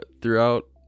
throughout